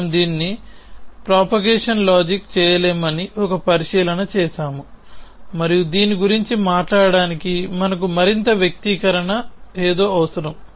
మనము దీన్ని ప్రపోగేషన్ లాజిక్లో చేయలేమని ఒక పరిశీలన చేసాము మరియు దీని గురించి మాట్లాడటానికి మనకు మరింత వ్యక్తీకరణ ఏదో అవసరం